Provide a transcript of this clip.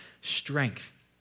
strength